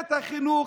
את החינוך,